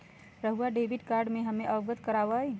रहुआ debit card से हमें अवगत करवाआई?